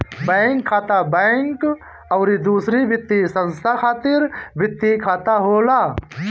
bank खाता, bank अउरी दूसर वित्तीय संस्था खातिर वित्तीय खाता होला